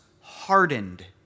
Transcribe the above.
hardened